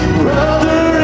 brother